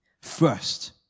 first